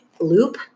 loop